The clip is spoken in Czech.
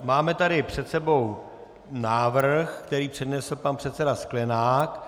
Máme tady před sebou návrh, který přednesl pan předseda Sklenák.